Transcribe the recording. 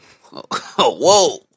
Whoa